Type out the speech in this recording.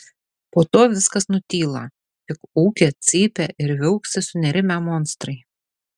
po to viskas nutyla tik ūkia cypia ir viauksi sunerimę monstrai